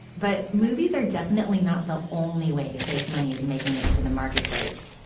but movies are definitely not the only way fake money is making it into the marketplace.